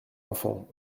enfant